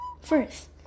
first